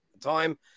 time